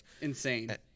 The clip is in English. Insane